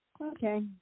Okay